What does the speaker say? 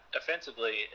offensively